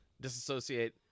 disassociate